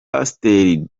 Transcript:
pasiteri